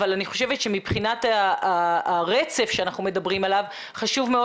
אבל אני חושבת שמבחינת הרצף שאנחנו מדברים עליו חשוב מאוד